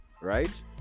right